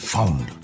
Found